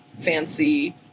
fancy